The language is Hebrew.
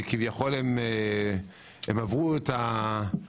שאומרים שהם כביכול עברו את הקורונה.